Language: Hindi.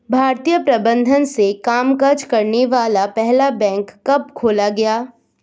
भारतीय प्रबंधन से कामकाज करने वाला पहला बैंक कब खोला गया?